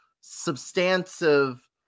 substantive